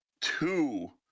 two